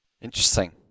Interesting